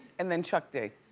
and then chuck d.